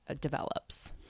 develops